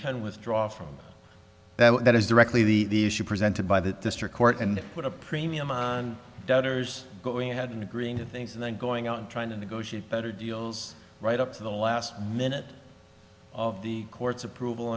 can withdraw from that that is directly the issue presented by the district court and put a premium on debtors going ahead and agreeing to things and then going out and trying to negotiate better deals right up to the last minute of the court approval